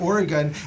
Oregon